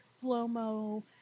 slow-mo